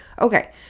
Okay